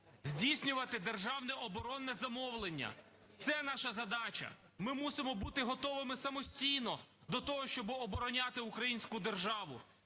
здійснювати державне оборонне замовлення – це наша задача. Ми мусимо бути готовими самостійно до того, щоб обороняти українську державу.